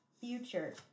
future